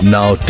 Now